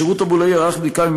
השירות הבולאי ערך בדיקה,